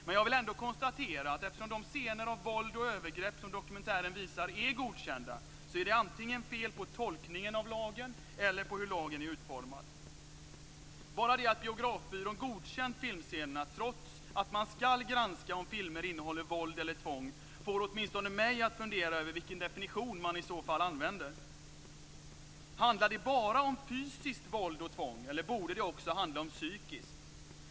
Men jag vill ändå konstatera att eftersom de scener av våld och övergrepp som dokumentären visar är godkända så är det antingen fel på tolkningen av lagen eller på hur lagen är utformad. Bara det att Biografbyrån godkänt filmscenerna, trots att man ska granska om filmer innehåller våld eller tvång, får åtminstone mig att fundera över vilken definition man i så fall använder. Handlar det bara om fysiskt våld och tvång, eller borde det också handla om psykiskt?